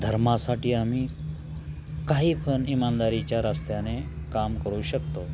धर्मासाठी आम्ही काही पण इमानदारीच्या रस्त्याने काम करू शकतो